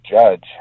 judge